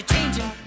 changing